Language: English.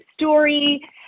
story